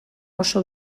oso